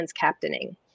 captaining